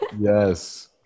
Yes